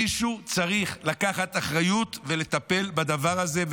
מישהו צריך לקחת אחריות ולטפל בדבר הזה,